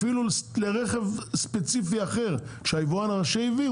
אפילו לרכב ספציפי אחר שהיבואן הראשי הביא.